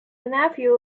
nephew